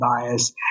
bias